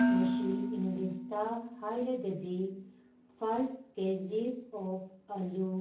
ꯃꯁꯤ ꯏꯪꯂꯤꯁꯇ ꯍꯥꯏꯔꯒꯗꯤ ꯐꯥꯏꯚ ꯀꯦ ꯖꯤꯁ ꯑꯣꯞ ꯑꯥꯂꯨ